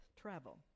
travel